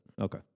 Okay